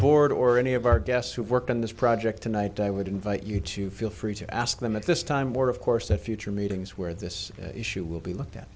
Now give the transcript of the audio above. board or any of our guests who work on this project tonight i would invite you to feel free to ask them at this time or of course the future meetings where this issue will be looked at